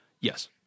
yes